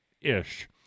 ish